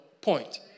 point